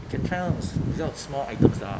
can try on s~ 比较 small items 的 lah